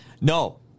No